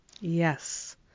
Yes